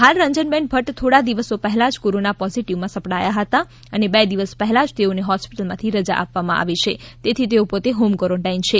હાલ રંજનબેન ભદ્દ થોડા દિવસો પહેલા જ કોરોના પોઝિટિવમાં સપડાયા હતા અને બે દિવસ પહેલાં જ તેઓને હોસ્પિટલમાંથી રજા આપવામાં આવી છે તેથી તેઓ પોતે હોમ કોરોન્ટાઇન છે